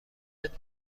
متر